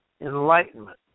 enlightenment